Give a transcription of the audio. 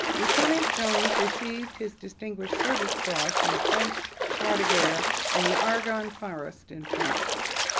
lieutenant jones received his distinguished service cross and french croix de guerre in the argonne forest in france.